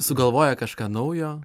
sugalvoja kažką naujo